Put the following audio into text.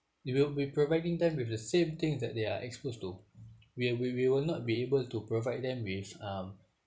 you will we providing them with the same things that they are exposed to where we we will not be able to provide them with um